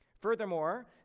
Furthermore